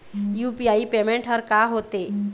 UPI payment हर का होते?